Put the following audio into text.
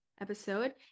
episode